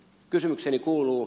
kysymykseni kuuluu